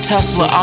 Tesla